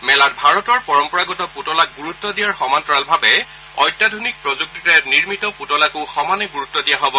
মেলাত ভাৰতৰ পৰম্পৰাগত পূতলাক গুৰুত্ব দিয়াৰ সমান্তৰালভাৱে অত্যাধুনিক প্ৰযুক্তিৰে নিৰ্মিত পুতলাকো সমানে গুৰুত্ব দিয়া হ'ব